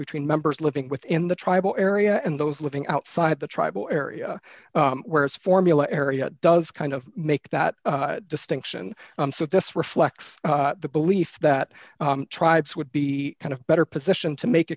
between members living within the tribal area and those living outside the tribal area whereas formula area does kind of make that distinction so this reflects the belief that tribes would be kind of better position to make